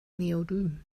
neodym